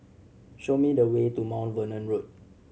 show me the way to Mount Vernon Road